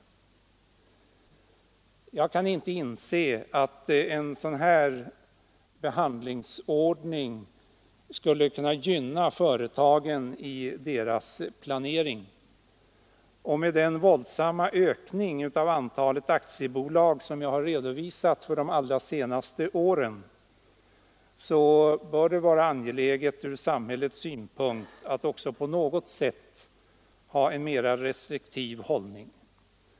Jag kan inte inse att en sådan behandlingsordning skulle kunna gynna företagen i deras planering. Med den våldsamma ökningen av antalet aktiebolag under de allra senaste åren bör det vara angeläget från samhällets synpunkt att ha en något mer restriktiv hållning.